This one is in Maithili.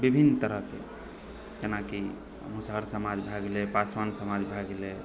विभिन्न तरहके जेना कि मुसहर समाज भए गेलै पासवान समाज भए गेलै